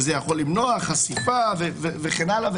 שזה יכול למנוע חשיפה וכן הלאה.